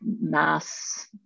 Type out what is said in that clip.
mass